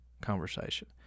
conversation